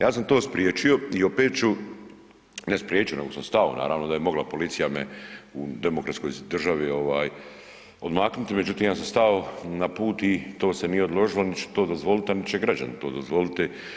Ja sam to spriječio i opet ću, ne spriječio nego sam stao naravno da je mogla policija me u demokratskoj državi ovaj odmaknuti, međutim ja sam stao na put i to se nije odložilo, niti ću to dozvolit, a niti će građani to dozvoliti.